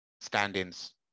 standings